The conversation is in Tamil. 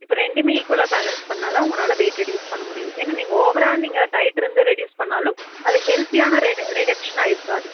இப்போ ரெண்டும் ஈக்குவலாக பேலன்ஸ் பண்ணிணா தான் உங்களால் வெயிட் ரிடியூஸ் பண்ண முடியும் ஏன்னா நீங்கள் ஓவராக நீங்கள் டையட் இருந்து ரிடியூஸ் பண்ணாலும் அது ஹெல்த்தியான ரிடெக்சனாக இருக்காது